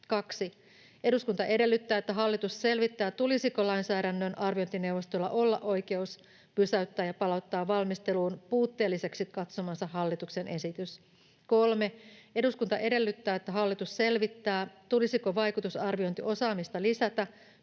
2) Eduskunta edellyttää, että hallitus selvittää, tulisiko lainsäädännön arviointineuvostolla olla oikeus pysäyttää ja palauttaa valmisteluun puutteelliseksi katsomansa hallituksen esitys; 3) Eduskunta edellyttää, että hallitus selvittää, tulisiko vaikutusarviointiosaamista lisätä